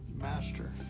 master